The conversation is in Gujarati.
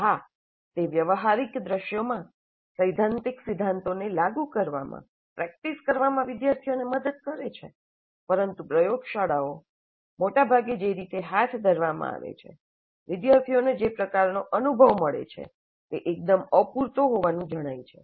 હા તે વ્યવહારિક દૃશ્યોમાં સૈદ્ધાંતિક સિદ્ધાંતોને લાગુ કરવામાં પ્રેક્ટિસ કરવામાં વિદ્યાર્થીઓને મદદ કરે છે પરંતુ પ્રયોગશાળાઓ મોટાભાગે જે રીતે હાથ ધરવામાં આવે છે વિદ્યાર્થીઓને જે પ્રકારનો અનુભવ મળે છે તે એકદમ અપૂરતો હોવાનું જણાય છે